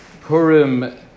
Purim